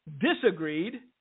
disagreed